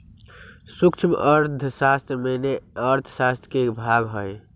सूक्ष्म अर्थशास्त्र मेन अर्थशास्त्र के भाग हई